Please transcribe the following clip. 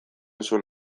zuen